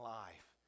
life